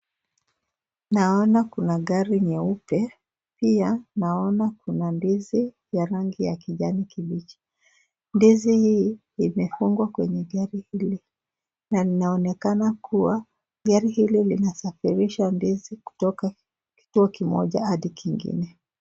Naona kuna gari nyeupe, pia naona kuna ndizi ya rangi ya kijani kibichi. Ndizi hii imefungwa kwenye gari hili na inaonekana kuwa gari hili linasafirisha ndizi kutoka kituo kimoja hadi kingine.